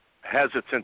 hesitant